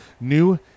new